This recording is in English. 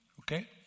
Okay